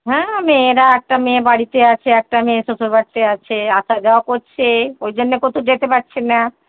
হ্যাঁ মেয়েরা একটা মেয়ে বাড়িতে আছে একটা মেয়ে শ্বশুর বাড়িতে আছে আসা যাওয়া করছে ওই জন্যে কোথাও যেতে পারছি না